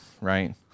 right